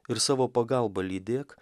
ir savo pagalba lydėk